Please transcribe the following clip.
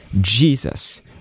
Jesus